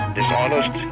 dishonest